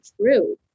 true